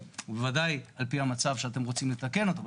ובוודאי על פי המצב שאתם רוצים לתקן אותו.